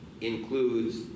includes